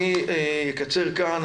אני אקצר כאן.